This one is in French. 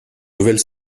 nouvelle